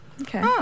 Okay